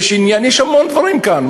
יש המון דברים כאן.